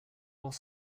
while